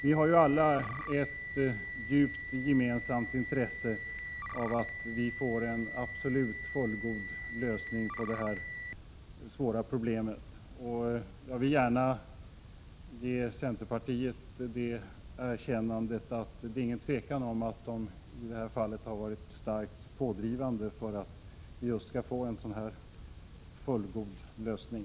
Vi har alla ett gemensamt intresse av en helt fullgod lösning på detta svåra problem. Jag vill gärna ge centerpartiet erkännandet att det inte är något tvivel om att centerpartiet i det här fallet har varit starkt pådrivande för att vi skall få en sådan fullgod lösning.